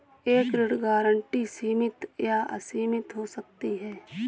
एक ऋण गारंटी सीमित या असीमित हो सकती है